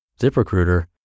ZipRecruiter